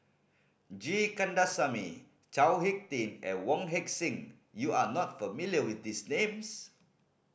G Kandasamy Chao Hick Tin and Wong Heck Sing you are not familiar with these names